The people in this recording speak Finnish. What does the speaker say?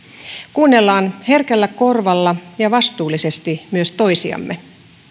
kuunnellaan herkällä korvalla ja vastuullisesti myös toisiamme